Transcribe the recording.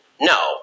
no